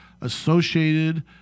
associated